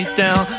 down